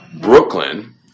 Brooklyn